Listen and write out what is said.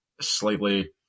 slightly